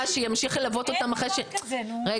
שימשיך ללוות אותם אחרי ש- -- אני יכול להגיד